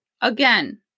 again